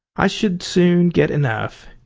i should soon get enough,